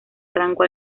rango